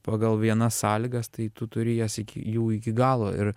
pagal vienas sąlygas tai tu turi jas iki jau iki galo ir